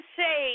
say